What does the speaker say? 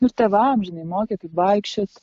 nu ir tėvam žinai mokė kaip vaikščiot